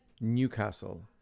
Newcastle